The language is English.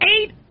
eight